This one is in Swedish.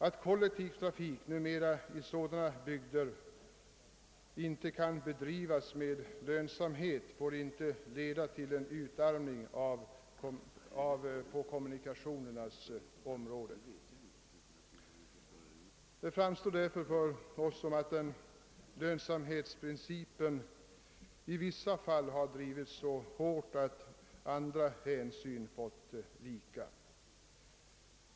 Att kollektiv trafik numera i sådana bygder inte kan bedrivas med lönsamhet får inte leda till en utarmning på kommunikationernas område.» Nu framstår det som om lönsamhetsprincipen i vissa fall har drivits så hårt, att andra hänsyn fått vika.